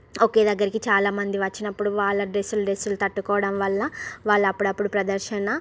ఒకే దగ్గరికి చాలామంది వచ్చినప్పుడు వాళ్ళ డ్రెస్సులు డ్రెస్సులు తట్టుకోవడం వల్ల వాళ్ళ అప్పుడప్పుడు ప్రదర్శన